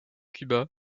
cuba